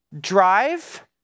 drive